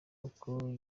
uko